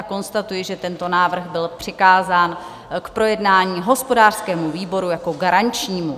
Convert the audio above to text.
Konstatuji, že tento návrh byl přikázán k projednání hospodářskému výboru jako garančnímu.